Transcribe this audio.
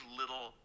little